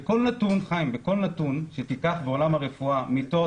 בכל נתון שתיקח בעולם הרפואה מיטות,